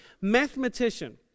mathematician